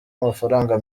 amafaranga